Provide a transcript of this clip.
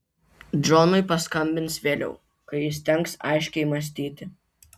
džonui paskambins vėliau kai įstengs aiškiai mąstyti